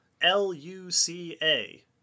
L-U-C-A